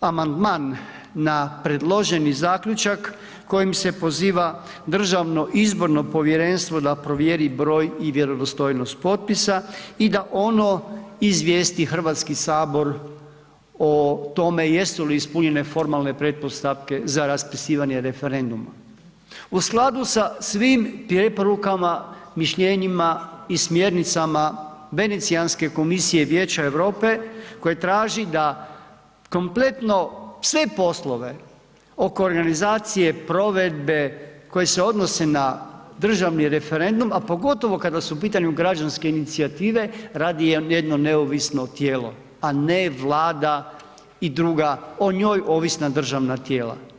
amandman na predloženi zaključak kojim se poziva Državno izborno povjerenstvo da provjeri broj i vjerodostojnost potpisa i da ono izvijesti Hrvatski sabor o tome jesu li ispunjene formalne pretpostavke za raspisivanje referenduma u skladu sa svim preporukama, mišljenjima i smjernicama Venecijanske komisije i Vijeća Europe koje traži da kompletno sve poslove oko organizacije provedbe koji se odnose na državni referendum, a pogotovo kada su u pitanju građanske inicijative radi jedno neovisno tijelo, a ne Vlada i druga o njoj ovisna državna tijela.